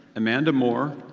amanda mohr,